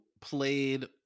played